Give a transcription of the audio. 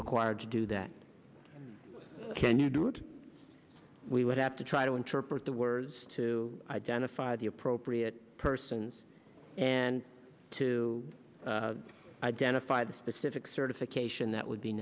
required to do that can you do it we would have to try to interpret the words to identify the appropriate persons and to identify the specific certification that would be